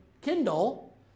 Kindle